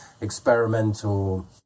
experimental